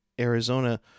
Arizona